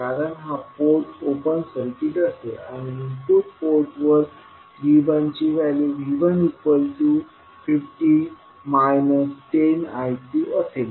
कारण हा port open circuit असेल आणि इनपुट पोर्ट वर V1ची व्हॅल्यू V150 10I1असेल